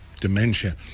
dementia